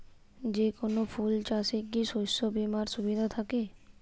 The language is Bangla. যেকোন ফুল চাষে কি শস্য বিমার সুবিধা থাকে?